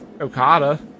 Okada